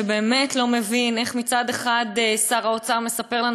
שבאמת אינו מבין איך מצד אחד שר האוצר מספר לנו